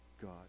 God